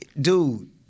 dude